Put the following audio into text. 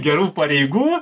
gerų pareigų